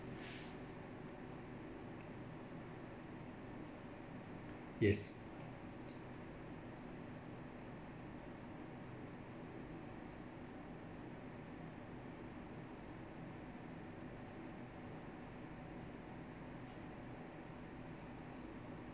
yes